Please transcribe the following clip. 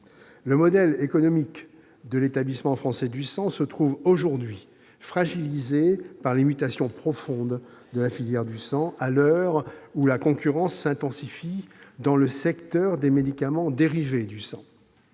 Le modèle économique de l'Établissement français du sang se trouve aujourd'hui fragilisé par les mutations profondes de la filière du sang, à l'heure où la concurrence s'intensifie dans le secteur des médicaments dérivés du sang.